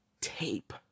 tape